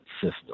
system